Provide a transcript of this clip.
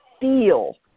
feel